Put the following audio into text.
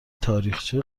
تاریخچه